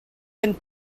and